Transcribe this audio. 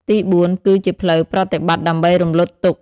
ទីបួន គឺ ជាផ្លូវប្រតិបត្តិដើម្បីរំលត់ទុក្ខ។